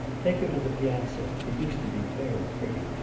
take her to the piazza it used to be very pretty,